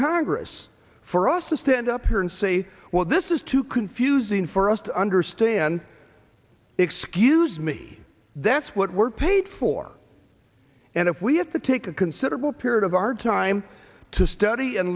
congress for us to stand up here and say well this is too confusing for us to understand excuse me that's what we're paid for and if we have to take a considerable period of our time to study and